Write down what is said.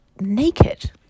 naked